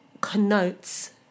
connotes